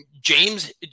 James